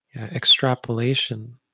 extrapolation